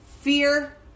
fear